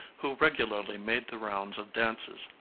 who regularly made the rounds of dances,